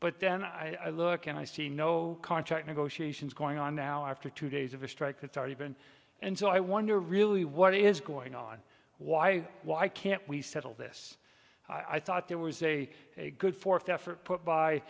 but then i look and i see no contract negotiations going on now after two days of a strike that's already been and so i wonder really what is going on why why can't we settle this i thought there was a good forth effort put